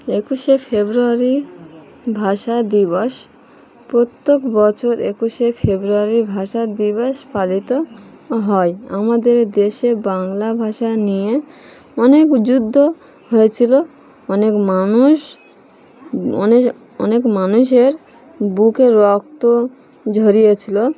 একুশে ফেব্রুয়ারি ভাষা দিবস প্রত্যেক বছর একুশে ফেব্রুয়ারি ভাষা দিবস পালিত হয় আমাদের দেশে বাংলা ভাষা নিয়ে অনেক যুদ্ধ হয়েছিলো অনেক মানুষ অনে অনেক মানুষের বুকের রক্ত ঝরিয়েছিলো